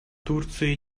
турция